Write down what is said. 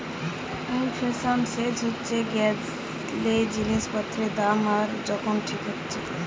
inflation শেষ হয়ে গ্যালে জিনিস পত্রের দাম আবার যখন ঠিক হচ্ছে